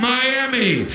Miami